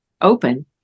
open